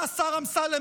השר אמסלם,